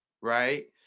right